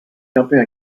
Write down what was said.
jumping